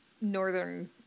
northern